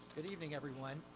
good evening everyone.